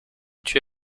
tue